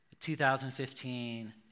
2015